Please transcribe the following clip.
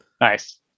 Nice